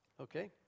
Okay